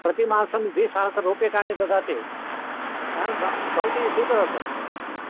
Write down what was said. प्रतिमासं द्विसहस्ररूप्यकाणि ददाति भव् भवती स्वीकरोतु